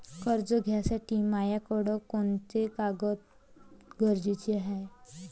कर्ज घ्यासाठी मायाकडं कोंते कागद गरजेचे हाय?